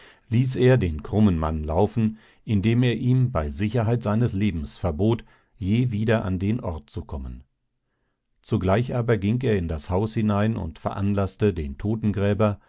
ließ er den krummen mann laufen indem er ihm bei sicherheit seines lebens verbot je wieder an den ort zu kommen zugleich aber ging er in das haus hinein und veranlaßte den totengräber